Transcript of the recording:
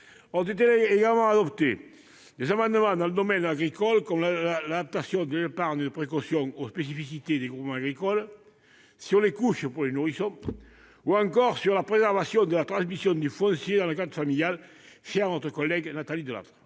Ont également été adoptés des amendements dans le domaine agricole, notamment sur l'adaptation de l'épargne de précaution aux spécificités des groupements agricoles, sur les couches pour nourrissons ou encore sur la préservation de la transmission du foncier dans le cadre familial, chère à notre collègue Nathalie Delattre.